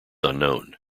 unknown